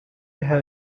have